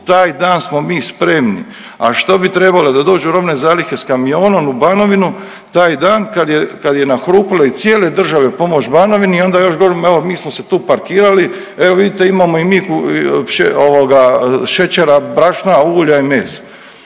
Taj dan smo mi spremni, a što bi trebalo da dođu robne zalihe sa kamionom u Banovinu taj dan kad je nahrupilo iz cijele države pomoć Banovini i onda još govorimo evo mi smo se tu parkirali, evo vidite imamo i mi šećera, brašna, ulja i mesa.